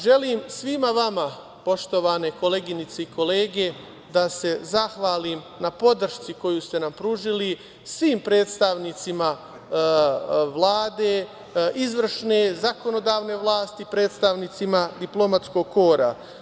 Želim svima vama, poštovane koleginice i kolege, da se zahvalim na podršci koju ste nam pružili, svim predstavnicima Vlade, izvršne, zakonodavne vlasti, predstavnicima diplomatskog kora.